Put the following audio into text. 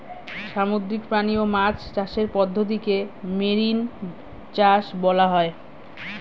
সামুদ্রিক প্রাণী ও মাছ চাষের পদ্ধতিকে মেরিন চাষ বলা হয়